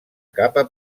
capa